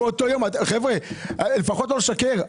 חבר'ה, לפחות לא לשקר.